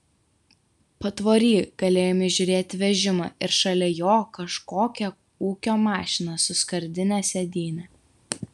patvory galėjome įžiūrėti vežimą ir šalia jo kažkokią ūkio mašiną su skardine sėdyne